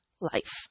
life